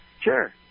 Sure